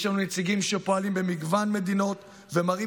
יש לנו נציגים שפועלים במגוון מדינות ומראים